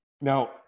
now